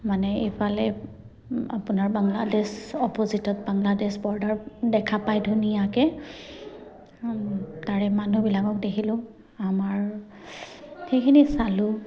মানে ইফালে আপোনাৰ বাংলাদেশ অপজিটত বাংলাদেশ ব'ৰ্ডাৰ দেখা পায় ধুনীয়াকে তাৰে মানুহবিলাকক দেখিলোঁ আমাৰ সেইখিনি চালোঁ